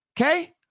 Okay